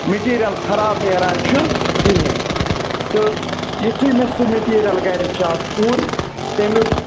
material خراب نیران چھِ کِہیٖنۍ تہٕ یُتھُے مےٚ سُہ میٚٹیٖریَل گَرِ چَک کوٚر تَمیُک